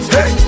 Hey